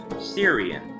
Syrian